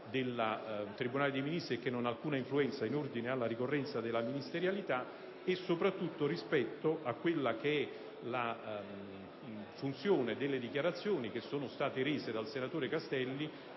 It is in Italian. del tribunale dei ministri e che non ha alcuna influenza in ordine alla ricorrenza della ministerialità, e soprattutto rispetto alla funzione delle dichiarazioni che sono state rese dal senatore Castelli